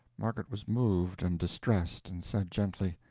margaret was moved and distressed, and said, gently